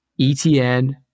ETN